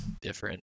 different